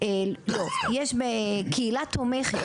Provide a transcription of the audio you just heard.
קהילה תומכת.